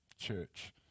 church